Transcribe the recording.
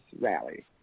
rally